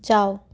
जाओ